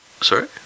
sorry